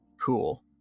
cool